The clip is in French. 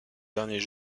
derniers